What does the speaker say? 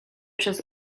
przez